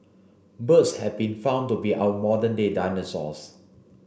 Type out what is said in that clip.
birds have been found to be our modern day dinosaurs